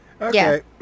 Okay